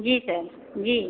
जी sir जी